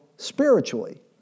Spiritually